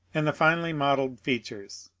and the finely modelled features.